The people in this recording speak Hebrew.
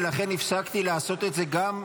ולכן הפסקתי לעשות את זה גם לאנשים,